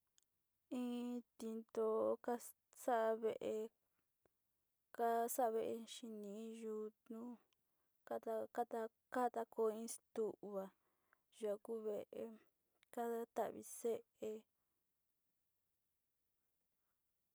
Intito'o kaxa'a vée, kaxa'a vée xhini yo'ó kutnu kada kada kanda koix tungua ya'á kua kada tavixe.